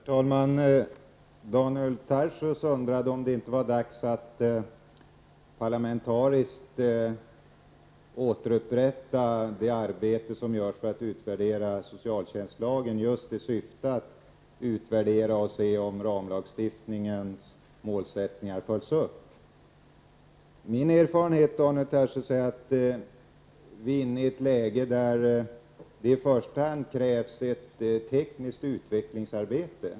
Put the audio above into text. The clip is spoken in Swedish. Herr talman! Daniel Tarschys undrade om det inte var dags att på parlamentarisk grund återuppta det arbete som görs för att utvärdera socialtjänstlagen för att se om ramlagstiftningens målsättningar följts upp. Min erfarenhet, Daniel Tarschys, är att vi är inne i ett läge där det i första hand krävs ett tekniskt utvecklingsarbete.